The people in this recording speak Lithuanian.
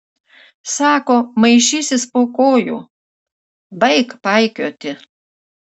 sako maišysis po kojų baik paikioti